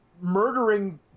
murdering